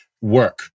work